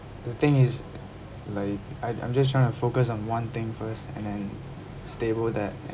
the thing is like I I'm just trying to focus on one thing first and then stable that